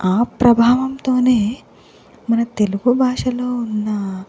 ఆ ప్రభావంతోనే మన తెలుగు భాషలో ఉన్న